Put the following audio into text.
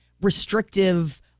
restrictive